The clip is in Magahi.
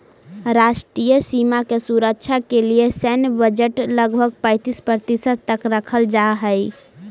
राष्ट्रीय सीमा के सुरक्षा के लिए सैन्य बजट लगभग पैंतीस प्रतिशत तक रखल जा हई